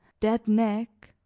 that neck,